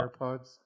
AirPods